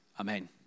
Amen